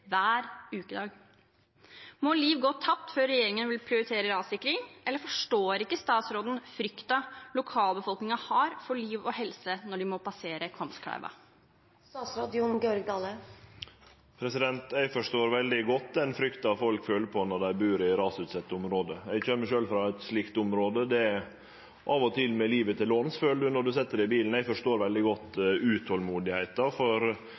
Må liv gå tapt før regjeringa vil prioritere rassikring, eller forstår ikke statsråden frykten lokalbefolkningen har for liv og helse når de må passere Kvamskleiva?» Eg forstår veldig godt den frykta folk føler når dei bur i eit rasutsett område. Eg kjem sjølv frå eit slikt område. Det er av og til med livet til låns, føler ein, når ein set seg inn i bilen. Eg forstår veldig godt